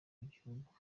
w’igihugu